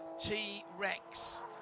T-Rex